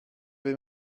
vais